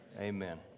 Amen